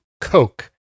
Coke